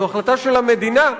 זו החלטה של המדינה,